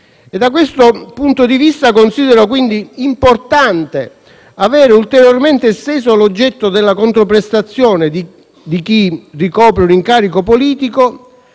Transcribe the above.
Da questo punto di vista considero quindi importante avere ulteriormente esteso l'oggetto della controprestazione di chi ricopre un incarico politico